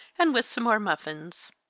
and with some more muffins.